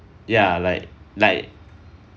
ya like like